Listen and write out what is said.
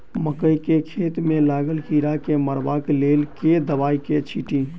मकई केँ घेँट मे लागल कीड़ा केँ मारबाक लेल केँ दवाई केँ छीटि?